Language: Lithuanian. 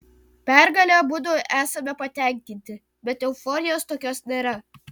pergale abudu esame patenkinti bet euforijos tokios nėra